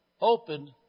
Opened